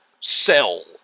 Sell